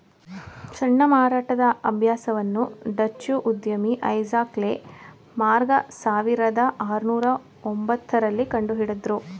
ಸಣ್ಣ ಮಾರಾಟದ ಅಭ್ಯಾಸವನ್ನು ಡಚ್ಚು ಉದ್ಯಮಿ ಐಸಾಕ್ ಲೆ ಮಾರ್ಗ ಸಾವಿರದ ಆರುನೂರು ಒಂಬತ್ತ ರಲ್ಲಿ ಕಂಡುಹಿಡುದ್ರು